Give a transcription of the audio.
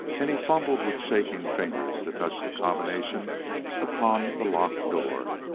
and he fumbled with shaking fingers to touch the combination upon the locked door.